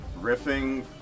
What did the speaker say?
riffing